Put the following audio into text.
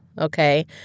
okay